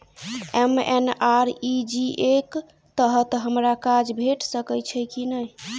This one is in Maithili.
एम.एन.आर.ई.जी.ए कऽ तहत हमरा काज भेट सकय छई की नहि?